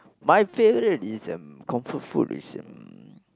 my favourite is um comfort food is um